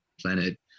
planet